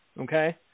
okay